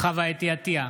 חוה אתי עטייה,